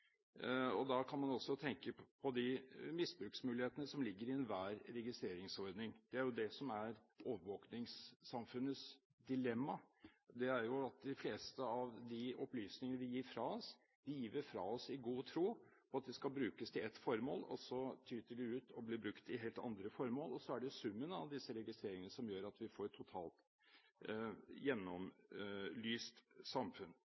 og da kan man også tenke på de misbruksmulighetene som ligger i enhver registreringsordning. Overvåkningssamfunnets dilemma er at de fleste av de opplysningene vi gir fra oss, gir vi fra oss i god tro, og i den tro at de skal brukes til ett formål. Så tyter de ut og blir brukt til helt andre formål, og summen av disse registreringene gjør at vi får et totalt gjennomlyst samfunn.